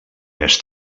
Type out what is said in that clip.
més